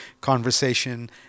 conversation